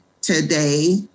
today